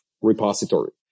repository